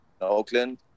oakland